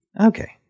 Okay